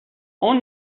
اون